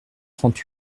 trente